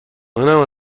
منم